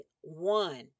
one